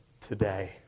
today